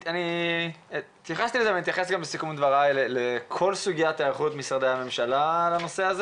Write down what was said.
אתייחס בסיכום דברי לכל סוגיית הערכות משרדי הממשלה לנושא.